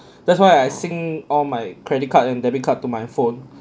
that's why I sync all my credit card and debit card to my phone